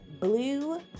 blue